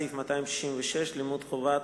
סעיף 266 (לימוד חובה,